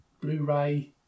Blu-ray